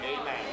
Amen